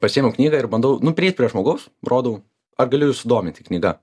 pasiimu knygą ir bandau nu prieit prie žmogaus rodau ar galiu jus sudominti knyga